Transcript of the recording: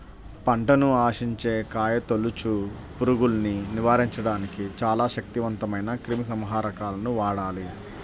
పంటను ఆశించే కాయతొలుచు పురుగుల్ని నివారించడానికి చాలా శక్తివంతమైన క్రిమిసంహారకాలను వాడాలి